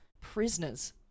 prisoners